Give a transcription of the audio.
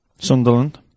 Sunderland